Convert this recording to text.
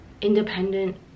independent